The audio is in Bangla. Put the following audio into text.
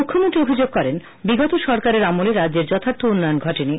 মুখ্যমন্ত্রী অভিযোগ করেন বিগত সরকারের আমলে রাজ্যের যথার্থ উন্নয়ন ঘটেনি